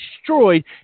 destroyed